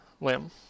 limb